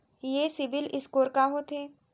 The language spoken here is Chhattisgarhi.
ये सिबील स्कोर का होथे?